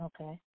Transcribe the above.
Okay